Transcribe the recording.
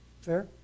Fair